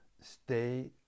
stay